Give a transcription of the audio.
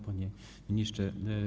Panie Ministrze!